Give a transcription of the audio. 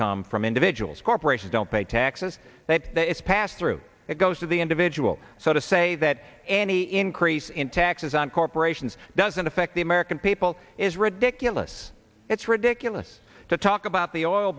come from individuals corporations don't pay taxes that it's passed through it goes to the individual so to say that any increase in taxes on corporations doesn't affect the american people is ridiculous it's ridiculous to talk about the oil